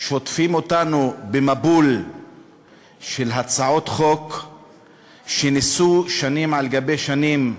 שוטפים אותנו במבול של הצעות חוק שניסו שנים על גבי שנים,